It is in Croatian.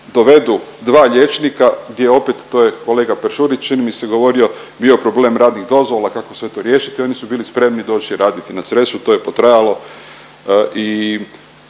dovedu dva liječnika gdje opet to je kolega Peršurić čini mi se govorio bio problem radnih dozvola, kako sve to riješiti. Oni su bili spremni doći raditi na Cresu. To je potrajalo i